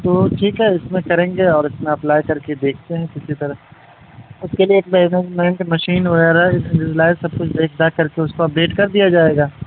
تو ٹھیک ہے اس میں کریں گے اور اس میں اپلائی کر کے دیکھتے ہیں کسی طرح اس کے لیے ایک مشین وغیرہ سب کچھ دیکھ جا کر کے اس کو اپڈیٹ کر دیا جائے گا